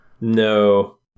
No